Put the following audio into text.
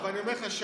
ואני אומר לך,